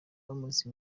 bamuritse